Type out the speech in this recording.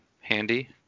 handy